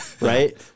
right